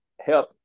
help